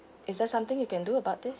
is there something you can do about this